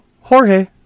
Jorge